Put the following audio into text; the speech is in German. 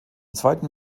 zweiten